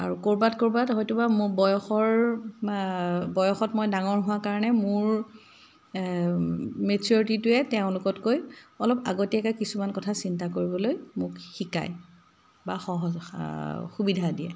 আৰু ক'ৰবাত ক'ৰবাত হয়টো বা মোৰ বয়সৰ বয়সত মই ডাঙৰ হোৱা কাৰণে মোৰ মেছিয়ৰিটিটোয়ে তেওঁলোকতকৈ অলপ আগতীয়াকৈ কিছুমান কথা চিন্তা কৰিবলৈ মোক শিকায় বা সহ সুবিধা দিয়ে